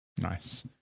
nice